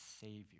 Savior